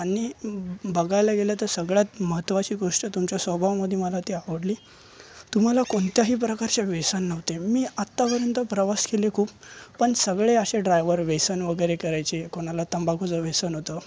आणि बघायला गेलं तर सगळ्यात महत्त्वाची गोष्ट तुमच्या स्वभावामध्ये मला ती आवडली तुम्हाला कोणत्याही प्रकारचे व्यसन नव्हते मी आतापर्यंत प्रवास केले खूप पण सगळे असे ड्रायव्हर व्यसन वगैरे करायचे कोणाला तंबाखूचं व्यसन होतं